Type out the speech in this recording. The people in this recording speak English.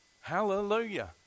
Hallelujah